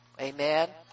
Amen